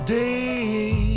day